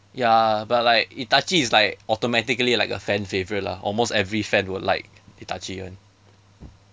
ya but like itachi is like automatically like a fan favourite lah almost every fan will like itachi [one]